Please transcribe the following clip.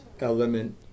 element